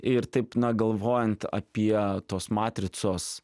ir taip na galvojant apie tos matricos